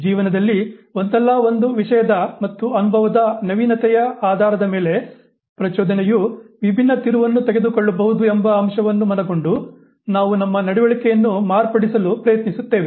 ಜೀವನದಲ್ಲಿ ಒಂದಲ್ಲಾ ಒಂದು ವಿಷಯದ ಮತ್ತು ಅನುಭವದ ನವೀನತೆಯ ಆಧಾರದ ಮೇಲೆ ಪ್ರಚೋದನೆಯು ವಿಭಿನ್ನ ತಿರುವನ್ನು ತೆಗೆದುಕೊಳ್ಳಬಹುದು ಎಂಬ ಅಂಶವನ್ನು ಮನಗೊಂಡು ನಾವು ನಮ್ಮ ನಡವಳಿಕೆಯನ್ನು ಮಾರ್ಪಡಿಸಲು ಪ್ರಯತ್ನಿಸುತ್ತೇವೆ